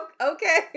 okay